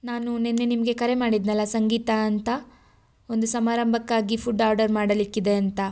ನಾನು ನಿನ್ನೆ ನಿಮಗೆ ಕರೆ ಮಾಡಿದ್ದೆನಲ್ಲಾ ಸಂಗೀತಾ ಅಂತ ಒಂದು ಸಮಾರಂಭಕ್ಕಾಗಿ ಫುಡ್ ಆರ್ಡರ್ ಮಾಡಲಿಕ್ಕಿದೆ ಅಂತ